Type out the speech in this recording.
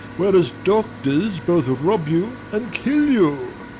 whereas doctors both rob you and kill you.